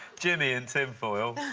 jimmy in tinfoil.